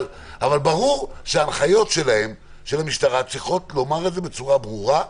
אבל ברור שההנחיות של המשטרה צריכות לומר את זה בצורה ברורה.